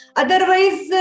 otherwise